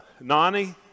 Nani